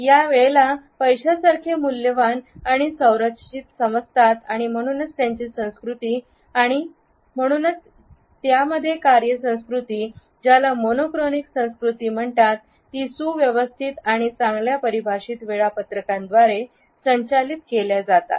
ते वेळेला पैशासारखे मूल्यवान आणि संरचित समजतात आणि म्हणूनच त्यांची संस्कृती आणि म्हणूनच यामध्ये कार्य संस्कृती ज्याला मोनोक्रॉनिक संस्कृती म्हणतात ती सुव्यवस्थित आणि चांगल्या परिभाषित वेळापत्रकांद्वारे संचालित केल्या जातात